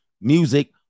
music